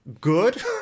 Good